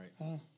right